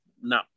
no